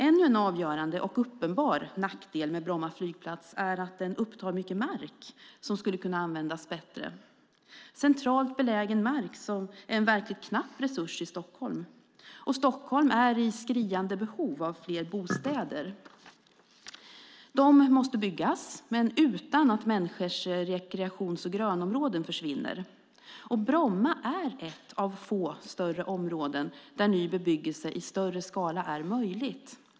Ännu en avgörande och uppenbar nackdel med Bromma flygplats är att den upptar mycket mark som kan användas bättre. Det är centralt belägen mark som är en verklig knapp resurs i Stockholm. Stockholm är i skriande behov av fler bostäder. De måste byggas, men utan att människors rekreations och grönområden försvinner. Bromma är ett av få större områden där ny bebyggelse i större skala är möjlig.